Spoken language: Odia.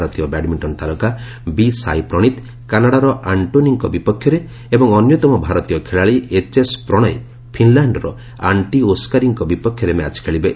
ଭାରତୀୟ ବ୍ୟାଡମିଣ୍ଟନ ତାରକା ବି ସାଇପ୍ରଣୀତ କାନାଡାର ଆଷ୍ଟୋନୀଙ୍କ ବିପକ୍ଷରେ ଏବଂ ଅନ୍ୟତମ ଭାରତୀୟ ଖେଳାଳି ଏଚ୍ଏସ୍ ପ୍ରଣୟ ଫିନ୍ଲାଣ୍ଡର ଆଣ୍ଟି ଓସ୍କାରୀଙ୍କ ବିପକ୍ଷରେ ମ୍ୟାଚ୍ ଖେଳିବେ